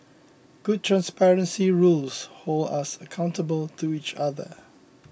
good transparency rules hold us accountable to each other